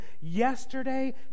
yesterday